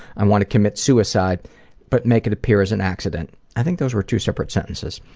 i want to commit suicide but make it appear as an accident. i think those were two separate sentences.